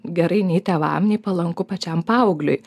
gerai nei tėvam nei palanku pačiam paaugliui